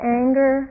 anger